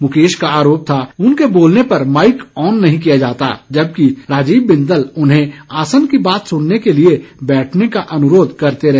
मुकेश का आरोप था कि उनके बोलने पर माइक ऑन नहीं किया जाता जबकि राजीव बिंदल उन्हें आसन की बात सुनने के लिए बैठने का अनुरोध करते रहे